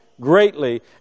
greatly